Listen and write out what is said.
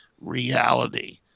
reality